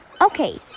Okay